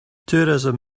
tourism